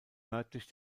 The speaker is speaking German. nördlich